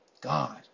God